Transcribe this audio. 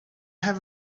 have